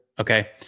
okay